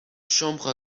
chambres